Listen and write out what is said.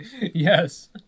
yes